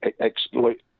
exploit